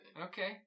Okay